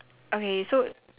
okay so